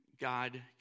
God